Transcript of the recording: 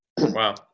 Wow